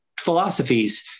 philosophies